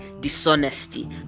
dishonesty